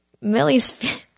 Millie's